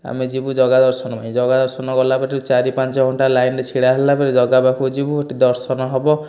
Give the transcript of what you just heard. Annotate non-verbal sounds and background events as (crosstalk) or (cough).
ଆମେ ଯିବୁ ଜଗା ଦର୍ଶନ ପାଇଁ ଜଗା ଦର୍ଶନ ଗଲା (unintelligible) ଚାରି ପାଞ୍ଚ ଘଣ୍ଟା ଲାଇନରେ ଛିଡ଼ା ହେଲା ପରେ ଜଗା ପାଖକୁ ଯିବୁ ସେଇଠୁ ଦର୍ଶନ ହେବ